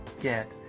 get